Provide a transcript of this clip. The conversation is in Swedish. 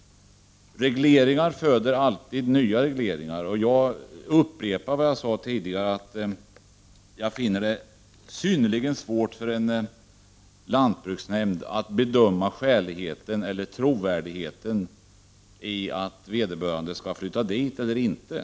Regleringar föder alltid nya regleringar, och jag upprepar vad jag sade tidigare, att jag finner det synnerligen svårt för en lantbruksnämnd att bedöma trovärdigheten när en köpare säger sig ämna flytta till gården.